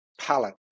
palette